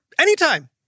anytime